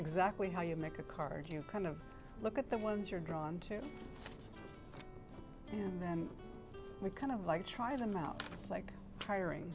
exactly how you make a card you kind of look at the ones you're drawn to and then we kind of like try them out like hiring